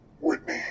Whitney